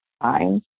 fine